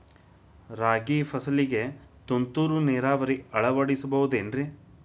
ರಾಗಿ ಫಸಲಿಗೆ ತುಂತುರು ನೇರಾವರಿ ಅಳವಡಿಸಬಹುದೇನ್ರಿ?